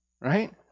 right